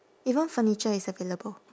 even furniture is available